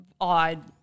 odd